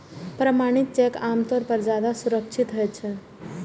प्रमाणित चेक आम तौर पर ज्यादा सुरक्षित होइ छै